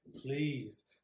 Please